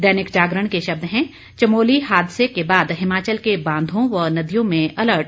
दैनिक जागरण के शब्द हैं चमोली हादसे के बाद हिमाचल के बांधों व नदियों में अलर्ट